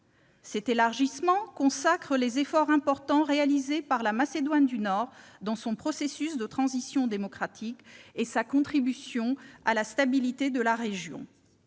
Cet élargissement consacre les efforts importants réalisés par la Macédoine du Nord dans son processus de transition démocratique et sa contribution à la stabilité de la région.